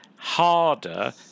harder